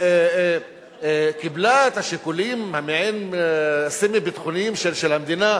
שקיבלה את השיקולים הסמי-ביטחוניים של המדינה,